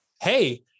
hey